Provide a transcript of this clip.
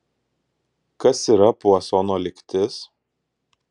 kas yra puasono lygtis